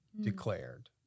declared